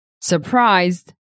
Surprised